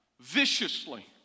viciously